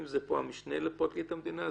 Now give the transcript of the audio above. אם הסמכות היא של פרקליט המדינה,